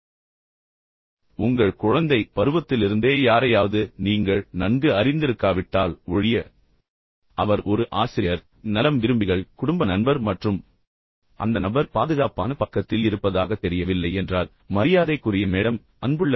hello madam மிகவும் முறைசாரா ஒன்று உங்கள் குழந்தை பருவத்திலிருந்தே யாரையாவது நீங்கள் நன்கு அறிந்திருக்காவிட்டால் ஒழிய அவர் ஒரு ஆசிரியர் அவர் உங்களை விரும்புகிறார்கள் அவர் ஒரு நலம் விரும்பிகள் அவர் உங்கள் குடும்ப நண்பர் மற்றும் பின்னர் அந்த நபர் பாதுகாப்பான பக்கத்தில் இருப்பதாகத் தெரியவில்லை என்றால் அது மரியாதைக்குரிய மேடம் அல்லது அன்புள்ள மேடம்